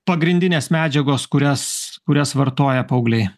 pagrindinės medžiagos kurias kurias vartoja paaugliai